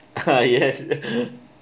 (uh huh) yes